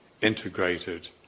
integrated